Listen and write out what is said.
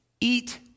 Eat